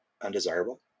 undesirable